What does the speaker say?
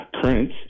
current